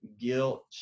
guilt